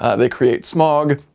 ah they create smog,